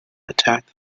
attacked